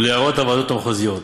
להערות הוועדות המחוזיות.